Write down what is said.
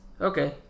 Okay